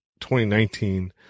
2019 –